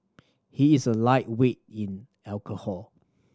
he is a lightweight in alcohol